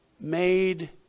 Made